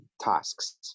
tasks